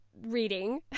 reading